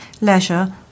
leisure